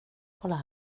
kolla